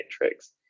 matrix